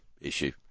issue